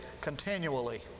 continually